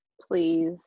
please